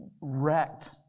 wrecked